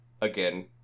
again